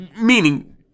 meaning